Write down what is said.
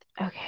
Okay